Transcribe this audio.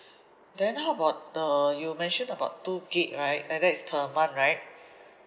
then how about the you mentioned about two gig right and that is per month right